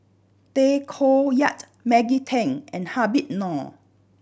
Tay Koh Yat Maggie Teng and Habib Noh